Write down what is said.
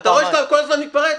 אתה רוצה שאתה כל הזמן מתפרץ?